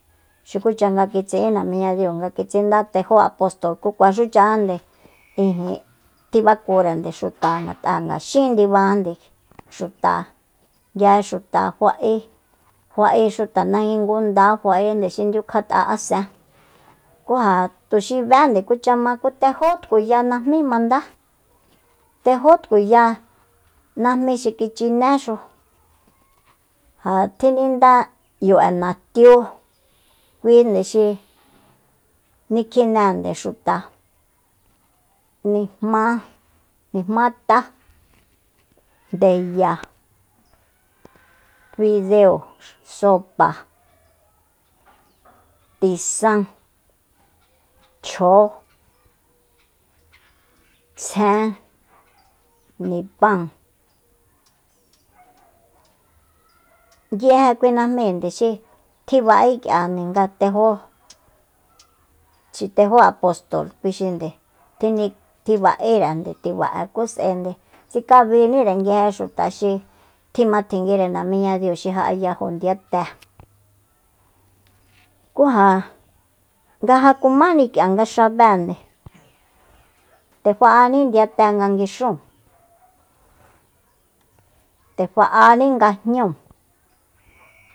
Xukucha kitsi'in namiñadiu nga kitsinda tejó apostol ku kuaxúchajande ijin tjibakurende xuta ngat'a nga xin ndibajande xuta nguije xuta fa'e fa'e xuta nangui ngundá fa'ende xi ndiukjat'a ásen ku ja tuxi bénde kucha má tejó tkuya najmí mandá tejó tkuya najmí xi kichinéxu ja tjinindá 'yu'e natiú kuinde xi nikjinende xuta nijmá nijmátá ndeya fideo sopa tisan chjoó tsjen nipan nguije kui najmínde xi tjiba'ék'iande nga tejó xi tejó apostol kui xinde tjini tjiba'érende tiba'e ku s'aende tsikabínire nguje xuta xi tjimatjenguire namíñadiu xi ja'ayajo ndiyate ku ja nga ja kumáni k'ia nga xabée nde fa'aní ndiyaté nga nguixúun nde fa'aní nga jñúu